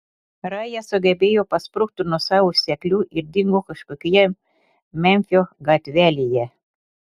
raja sugebėjo pasprukti nuo savo seklių ir dingo kažkokioje memfio gatvelėje